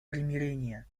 примирения